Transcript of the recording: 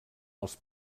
els